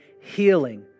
healing